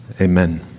amen